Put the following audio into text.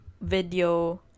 video